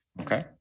Okay